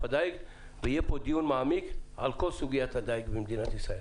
הדייג ויהיה פה דיון מעמיק על כל סוגיית הדייג במדינת ישראל.